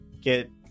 get